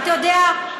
אתה יודע,